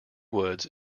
woods